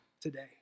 today